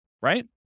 right